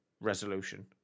resolution